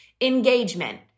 Engagement